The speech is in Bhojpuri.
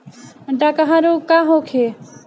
डकहा रोग का होखे?